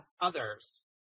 others